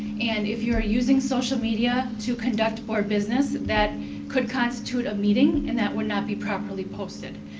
and if you are using social media to conduct board business that could constitute a meeting, and that would not be properly posted.